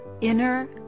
Inner